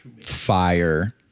fire